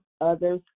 others